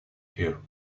here